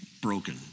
Broken